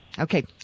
Okay